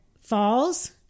falls